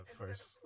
first